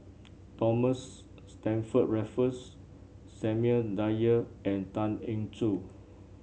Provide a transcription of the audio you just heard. Thomas Stamford Raffles Samuel Dyer and Tan Eng Joo